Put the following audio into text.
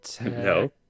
No